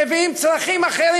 מביאים צרכים אחרים.